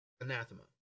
anathema